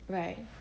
right